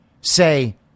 say